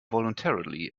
voluntarily